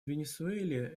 венесуэле